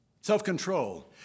Self-control